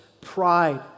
pride